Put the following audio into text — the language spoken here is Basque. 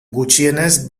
gutxienez